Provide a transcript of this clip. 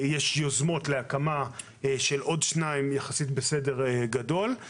יוזמות להקמה של עוד שניים בסדר גודל גדול.